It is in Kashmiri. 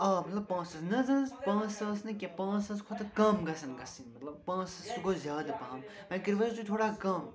آ مطلب پانٛژھ ساس نہ حظ نہ حظ پانٛژھ ساس نہٕ کیٚنہہ پانٛژھ ساس کھۄتہٕ کم گژھَن گَژھٕنۍ مطلب پانٛژھ ساس سُہ گوٚو زیادٕ پہم وۄنۍ کٔرِو حظ تُہۍ تھوڑا کَم